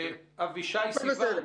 אבישי סיוון.